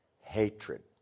hatred